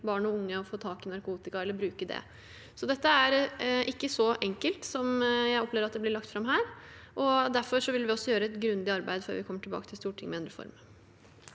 barn og unge, å få tak i narkotika eller bruke det. Så dette er ikke så enkelt som jeg opplever at det blir lagt fram her, og derfor vil vi også gjøre et grundig arbeid før vi kommer tilbake til Stortinget med en reform.